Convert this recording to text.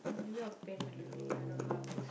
I'll paint my nails I don't know I want to sleep